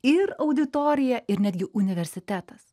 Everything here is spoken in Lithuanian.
ir auditorija ir netgi universitetas